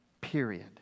Period